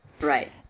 right